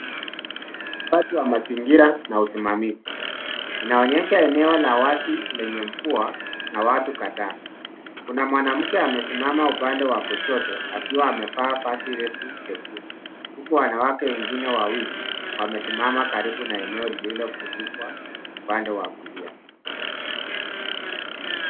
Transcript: Hili ni hifadhi ya mazingira na usimamizi ina onyesha eneo la wazi lenye mvua na watu kadhaa. Kuna mwanamke amesimama upande wa kushoto akiwa amevaa vazi refu jekundu, huku wanawake wengine wawili wamesimama karibu na eneo lililo funikwa upande wa kulia.